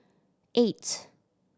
eight